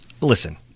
Listen